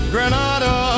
Granada